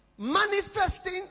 manifesting